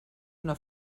una